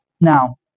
Now